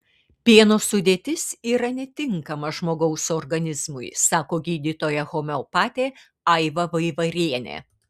pieno sudėtis yra netinkama žmogaus organizmui sako gydytoja homeopatė aiva vaivarienė